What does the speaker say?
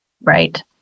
Right